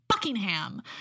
Buckingham